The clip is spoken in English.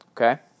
Okay